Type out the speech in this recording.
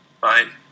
Fine